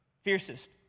fiercest